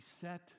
set